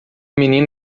menino